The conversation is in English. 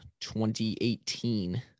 2018